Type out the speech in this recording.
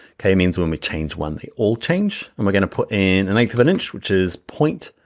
okay, it means when we change one, they all change. and we're gonna put in an eight of an inch which is point,